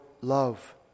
love